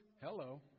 Hello